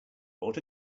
bought